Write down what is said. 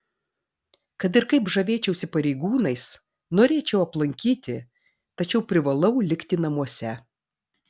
kad ir kaip žavėčiausi pareigūnais norėčiau aplankyti tačiau privalau likti namuose